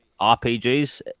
RPGs